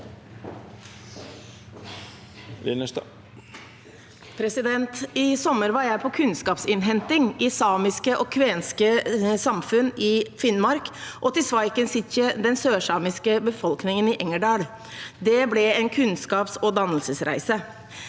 I sommer var jeg på kunnskapsinnhenting i samiske og kvenske samfunn i Finnmark og hos Svahken sijte, den sørsamiske befolkningen i Engerdal. Det ble en kunnskapsog dannelsesreise.